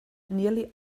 nearly